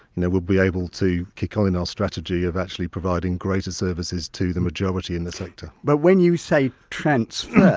you know we'll be able to kick on in our strategy of actually providing greater services to the majority in the sector but when you say transfer,